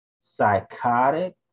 psychotic